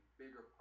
bigger